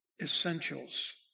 essentials